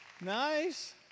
Nice